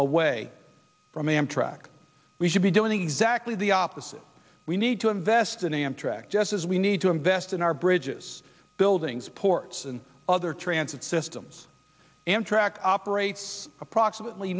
away from amtrak we should be doing exactly the opposite we need to invest in amtrak just as we need to invest in our bridges buildings ports and other transit systems amtrak operates approximately